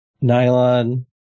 Nylon